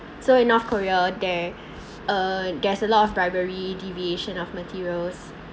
so in north korea there uh there's a lot of bribery deviation of materials